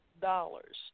dollars